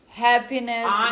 Happiness